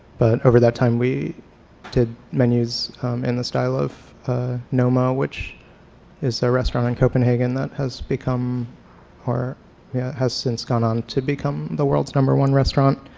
but over that time we did menus in the style of noma, which is a so restaurant in copenhagen that has become or yeah has since gone on to become the worlds' number one restaurant